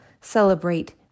celebrate